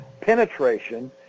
penetration